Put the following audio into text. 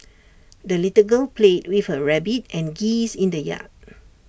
the little girl played with her rabbit and geese in the yard